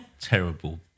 terrible